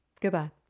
Goodbye